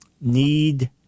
need